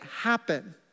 happen